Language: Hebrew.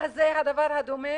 הדבר הדומה?